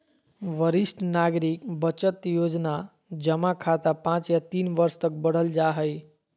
वरिष्ठ नागरिक बचत योजना जमा खाता पांच या तीन वर्ष तक बढ़ल जा हइ